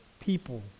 people